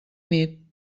nit